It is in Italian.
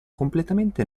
completamente